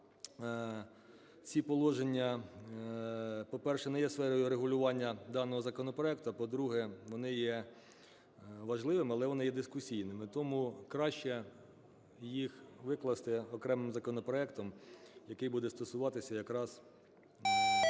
ці положення, по-перше, не є сферою регулювання даного законопроекту, а, по-друге, вони є важливими, але вони є дискусійними. Тому краще їх викласти окремим законопроектом, який буде стосуватися якраз